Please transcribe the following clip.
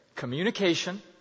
Communication